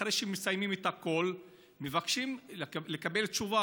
אחרי שמסיימים את הכול מבקשים לקבל תשובה